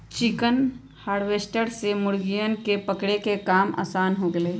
chicken harvester से मुर्गियन के पकड़े के काम आसान हो गैले है